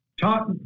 Talk